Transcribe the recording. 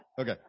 Okay